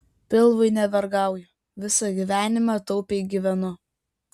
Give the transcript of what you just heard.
pilvui nevergauju visą gyvenimą taupiai gyvenu